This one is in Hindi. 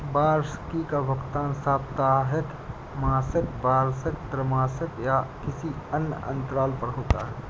वार्षिकी का भुगतान साप्ताहिक, मासिक, वार्षिक, त्रिमासिक या किसी अन्य अंतराल पर होता है